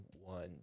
one